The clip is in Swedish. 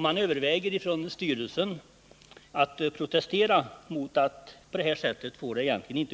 Man överväger inom styrelsen att protestera mot att det går till på det här sättet.